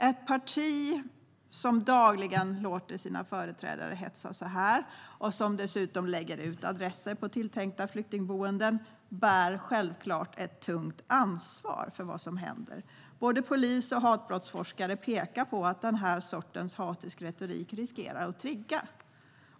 Ett parti som dagligen låter sina företrädare hetsa så här och som dessutom lägger ut adresser till tilltänkta flyktingboenden bär självfallet ett tungt ansvar för vad som händer. Både polis och hatbrottsforskare pekar på att den här sortens hatisk retorik riskerar att trigga.